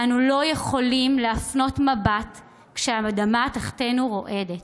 ואנו לא יכולים להפנות מבט כשהאדמה תחתנו רועדת.